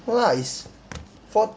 no lah is four